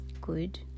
good